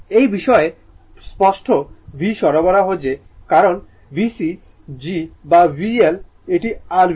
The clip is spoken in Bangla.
এই বিষয়ে স্পষ্ট v সরবরাহ যে কারণে VC g বা VL এটি r VL